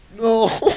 No